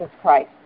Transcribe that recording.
Christ